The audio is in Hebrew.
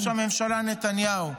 -- בראשות ראש הממשלה נתניהו.